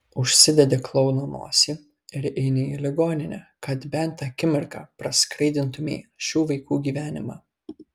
užsidedi klouno nosį ir eini į ligoninę kad bent akimirką praskaidrintumei šių vaikų gyvenimą